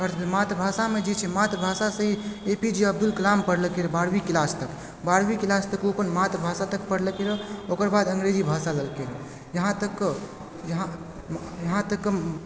आओर जे मातृभाषामे जे छै मातृभाषा से A P J Abdul Kalam पढ़लखिन बारहवीँ क्लास तक बारहवीँ क्लास तक ओ अपन मातृभाषामे पढ़लखिन रहय ओकरबाद अंग्रेजी भाषा लेलखिन रहय यहाँ तक यहाँ यहाँ तक